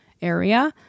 area